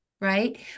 Right